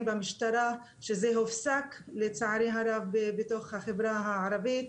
במשטרה שזה הופסק לצערי הרב בחברה הערבית,